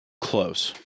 close